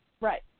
Right